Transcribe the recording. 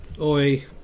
Oi